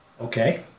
okay